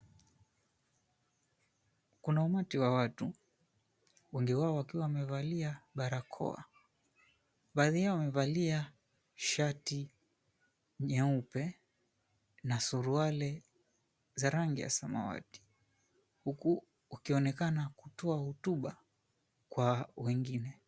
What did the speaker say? Kuna umati wa watu wengi wao wakiwawamevalia barakoa. Baadhi yao wamevalia shati nyeupe na suruali za rangi ya samawati huku wakionekana kutoa hotuba kwa wengine.